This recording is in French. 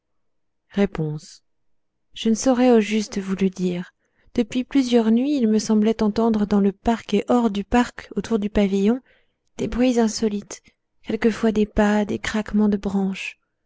je ne saurais au juste vous le dire depuis plusieurs nuits il me semblait entendre dans le parc et hors du parc autour du pavillon des bruits insolites quelquefois des pas des craquements de branches